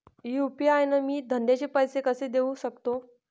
UPI न मी धंद्याचे पैसे कसे देऊ सकतो?